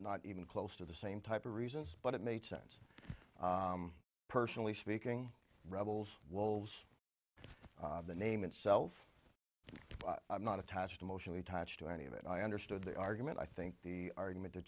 not even close to the same type of reasons but it made sense personally speaking rebel's wolves the name itself not attached emotionally attached to any of it i understood the argument i think the argument t